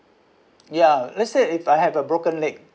ya let's say if I have a broken leg